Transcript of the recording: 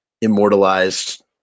immortalized